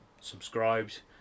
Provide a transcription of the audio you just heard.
Subscribed